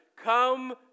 Come